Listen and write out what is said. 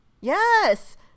Yes